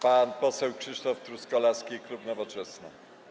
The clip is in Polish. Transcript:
Pan poseł Krzysztof Truskolaski, klub Nowoczesna.